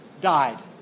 died